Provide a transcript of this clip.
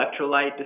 electrolyte